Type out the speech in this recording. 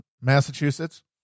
Massachusetts